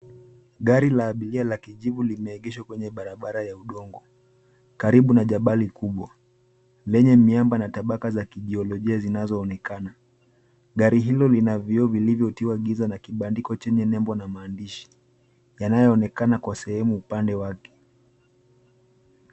Gari la abiria la kijivu limeegeshwa kwenye barabara ya udongo, karibu na jabali kubwa lenye miamba na tabaka za kijiolojia zinazoonekana. Gari hilo lina vioo vilivyotiwa giza na kibandiko chenye nembo na maandishi yanayoonekana kwa sehemu upande wake.